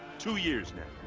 two years now.